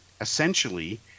essentially